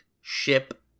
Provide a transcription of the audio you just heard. ship